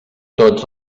tots